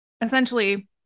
Essentially